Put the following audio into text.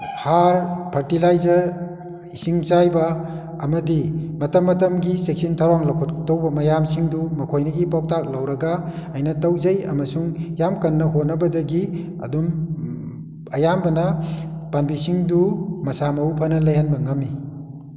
ꯍꯥꯔ ꯐꯔꯇꯤꯂꯥꯏꯖꯔ ꯏꯁꯤꯡ ꯆꯥꯏꯕ ꯑꯃꯗꯤ ꯃꯇꯝ ꯃꯇꯝꯒꯤ ꯆꯦꯛꯁꯤꯟ ꯊꯧꯔꯥꯡ ꯂꯧꯈꯠ ꯇꯧꯕ ꯃꯌꯥꯝꯁꯤꯡꯗꯨ ꯃꯈꯣꯏꯗꯒꯤ ꯄꯥꯎꯇꯥꯛ ꯂꯧꯔꯒ ꯑꯩꯅ ꯇꯧꯖꯩ ꯑꯃꯁꯨꯡ ꯌꯥꯝ ꯀꯟꯅ ꯍꯣꯠꯅꯕꯗꯒꯤ ꯑꯗꯨꯝ ꯑꯌꯥꯝꯕꯅ ꯄꯥꯝꯕꯤꯁꯤꯡꯗꯨ ꯃꯁꯥ ꯃꯎ ꯐꯅ ꯂꯩꯍꯟꯕ ꯉꯝꯃꯤ